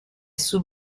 sous